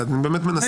אני באמת מנסה להבין.